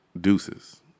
Deuces